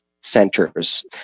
centers